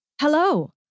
Hello